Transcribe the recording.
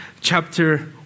chapter